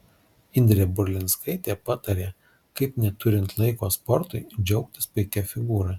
indrė burlinskaitė patarė kaip neturint laiko sportui džiaugtis puikia figūra